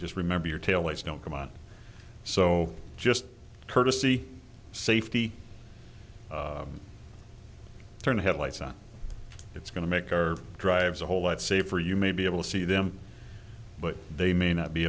just remember your tail lights don't come out so just courtesy safety turn the headlights on it's going to make our drives a whole lot safer you may be able to see them but they may not be